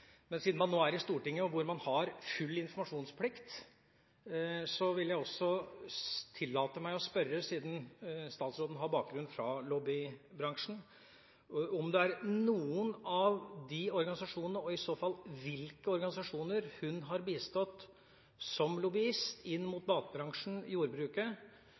Men siden man nå er i Stortinget, hvor man har full informasjonsplikt, vil jeg også tillate meg å spørre, siden statsråden har bakgrunn fra lobbybransjen, om det er noen av de organisasjonene hun har bistått som lobbyist inn mot bakbransjen i jordbruket, og i så fall hvilke, som har kunnet resultere i støtteordninger som